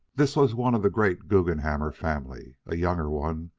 this was one of the great guggenhammer family a younger one,